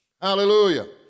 Hallelujah